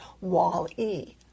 Wall-E